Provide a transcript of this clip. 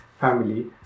family